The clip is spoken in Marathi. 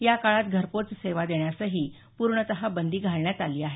या काळात घरपोच सेवा देण्यासही पूर्णतः बंदी घालण्यात आली आहे